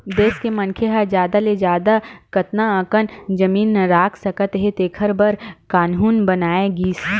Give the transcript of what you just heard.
देस के मनखे ह जादा ले जादा कतना अकन जमीन राख सकत हे तेखर बर कान्हून बनाए गिस